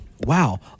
Wow